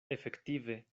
efektive